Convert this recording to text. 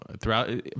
throughout